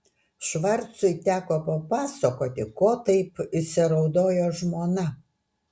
švarcui teko papasakoti ko taip įsiraudojo žmona